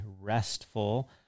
restful